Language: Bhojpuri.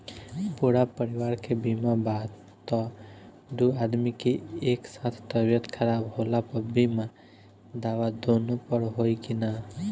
पूरा परिवार के बीमा बा त दु आदमी के एक साथ तबीयत खराब होला पर बीमा दावा दोनों पर होई की न?